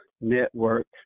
Network